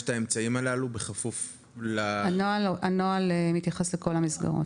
את האמצעים הללו בכפוף --- הנוהל מתייחס לכל המסגרות.